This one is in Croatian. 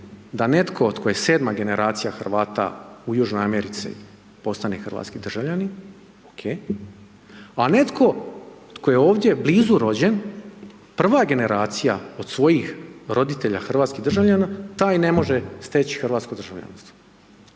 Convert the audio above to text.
da netko tko je 7. generacija Hrvata u Južnoj Americi postane hrvatski državljanin, OK, a netko tko je ovdje blizu rođen, prva generacija od svojih roditelja hrvatskih državljana taj ne može stječi hrvatsko državljanstvo.